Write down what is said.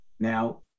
Now